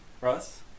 Russ